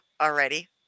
already